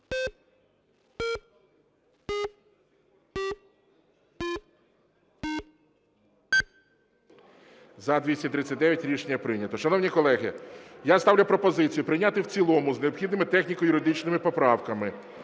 За-239 Рішення прийнято. Шановні колеги, я ставлю пропозицію прийняти в цілому з необхідними техніко-юридичними поправками